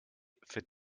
faites